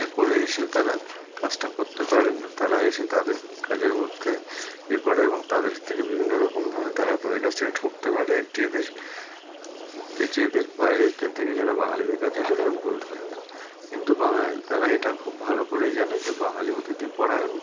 করে এসে তারা কাজটা করতে পারেন না তারা এসে তাদের কাজের মধ্যে ইয়ে করে এবং তাদের থেকে বিভিন্ন রকমভাবে তারা তাদের কাছ থেকে ঠগতে পারে একটি এদের একটি এদের বাইরের যে থেকে যারা বাঙালিদের কাছে আসে তো ভুল ধারণা কিন্তু বাঙালি তারা এটা খুব ভালো করেই জানে যে বাঙালি অতিথি পরায়ন